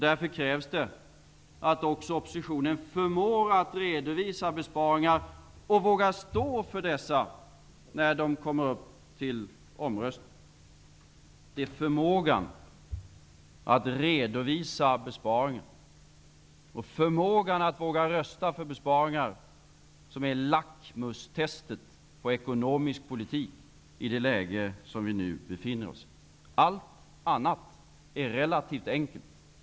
Därför krävs det att också oppositionen förmår att redovisa besparingar -- och vågar stå för dessa när de kommer upp till omröstning. Det är förmågan att redovisa besparingar och förmågan att våga rösta för besparingar som är lackmustestet på ekonomisk politik, i det läge som vi nu befinner oss i. Allt annat är relativt enkelt.